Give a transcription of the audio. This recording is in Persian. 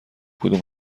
کدوم